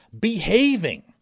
behaving